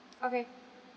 okay